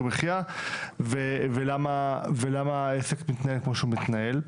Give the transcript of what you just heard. מחייה ולמה העסק מתנהל כמו שהוא מתנהל.